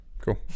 Cool